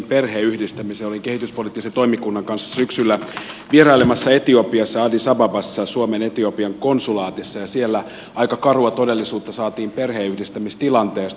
olin kehityspoliittisen toimikunnan kanssa syksyllä vierailemassa etiopiassa addis abebassa suomen etiopian konsulaatissa ja siellä aika karua todellisuutta saatiin perheenyhdistämistilanteesta